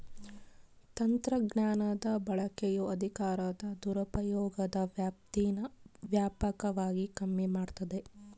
ತಂತ್ರಜ್ಞಾನದ ಬಳಕೆಯು ಅಧಿಕಾರದ ದುರುಪಯೋಗದ ವ್ಯಾಪ್ತೀನಾ ವ್ಯಾಪಕವಾಗಿ ಕಮ್ಮಿ ಮಾಡ್ತತೆ